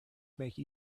make